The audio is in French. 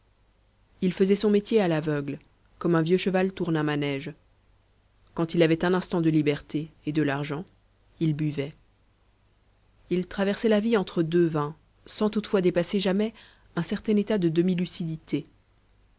il faisait son métier à l'aveugle comme un vieux cheval tourne un manège quand il avait un instant de liberté et de l'argent il buvait il traversait la vie entre deux vins sans toutefois dépasser jamais un certain état de demi lucidité